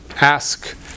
Ask